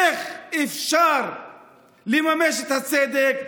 איך אפשר לממש את הצדק?